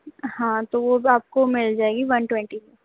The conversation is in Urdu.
ہاں تو وہ بھی آپ کو مل جائے گی ون ٹوئنٹی کا